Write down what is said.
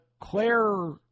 Claire